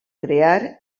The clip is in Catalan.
crear